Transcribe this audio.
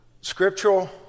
scriptural